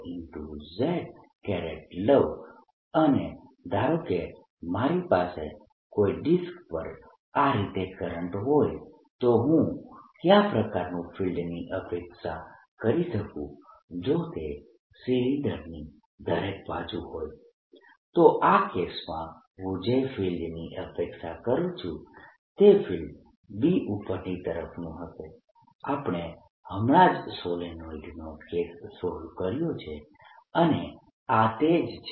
J લઉં અને ધારો કે મારી પાસે કોઈ ડિસ્ક પર આ રીતે કરંટ હોય તો હું કયા પ્રકારનું ફિલ્ડની અપેક્ષા કરી શકું જો તે સિલિન્ડરની દરેક બાજુ હોય તો આ કેસમાં હું જે ફિલ્ડની અપેક્ષા કરું છું તે ફિલ્ડ B ઉપરની તરફનું હશે આપણે હમણાં જ સોલેનોઇડનો કેસ સોલ્વ કર્યો છે અને આ તે જ છે